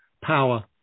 power